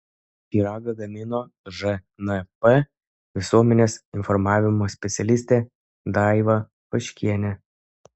pyragą gamino žnp visuomenės informavimo specialistė daiva vaškienė